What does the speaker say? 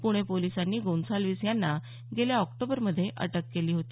पुणे पोलिसांनी गोंसाल्विस यांना गेल्या ऑक्टोबरमध्ये अटक केली होती